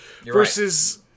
Versus